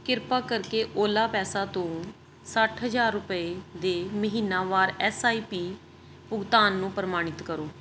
ਕਿਰਪਾ ਕਰਕੇ ਓਲਾ ਪੈਸਾ ਤੋਂ ਸੱਠ ਹਜ਼ਾਰ ਰੁਪਏ ਦੇ ਮਹੀਨਾਵਾਰ ਐਸ ਆਈ ਪੀ ਭੁਗਤਾਨ ਨੂੰ ਪ੍ਰਮਾਣਿਤ ਕਰੋ